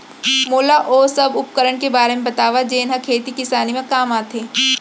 मोला ओ सब उपकरण के बारे म बतावव जेन ह खेती किसानी म काम आथे?